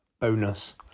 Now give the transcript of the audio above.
bonus